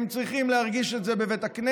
הם צריכים להרגיש את זה בבית הכנסת,